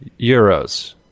euros